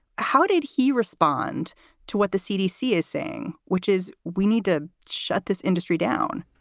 how did he respond to what the cdc is saying, which is we need to shut this industry down?